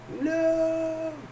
no